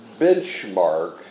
benchmark